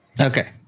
okay